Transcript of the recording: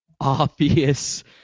obvious